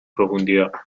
profundidad